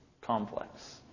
complex